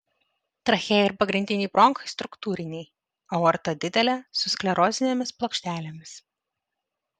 trachėja ir pagrindiniai bronchai struktūriniai aorta didelė su sklerozinėmis plokštelėmis